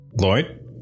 Lloyd